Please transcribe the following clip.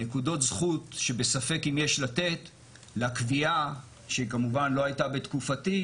נקודות זכות שבספק אם יש לתת לקביעה שהיא כמובן לא הייתה בתקופתי,